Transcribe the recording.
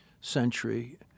century